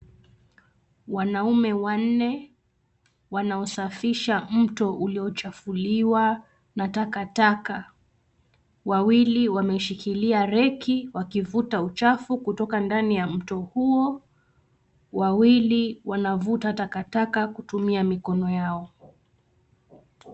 Wanaume wanne wanaosafisha mto uliochafuliwa na takataka. Wawili wameshikilia reki wakivuta uchafu kutoka ndani ya mto huo. Wawili wanavuta takataka kutumia mikono yao.